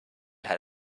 had